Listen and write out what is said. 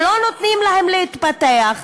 שלא נותנים להם להתפתח,